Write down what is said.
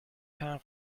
time